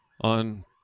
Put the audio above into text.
on